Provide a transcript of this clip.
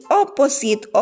opposite